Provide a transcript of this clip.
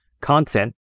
content